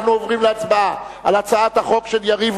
אנחנו עוברים להצבעה על הצעת החוק של יריב